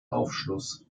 aufschluss